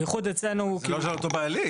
נו, אבל זה לא אותו בעלים.